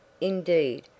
Indeed